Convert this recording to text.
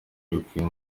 bikwiye